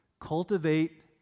Cultivate